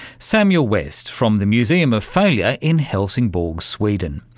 samuel west from the museum of failure in helsingborg, sweden.